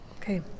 Okay